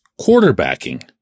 quarterbacking